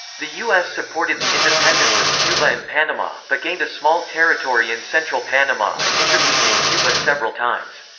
the u s. supported the independence of cuba and panama, but gained a small territory in central panama and intervened in cuba several times.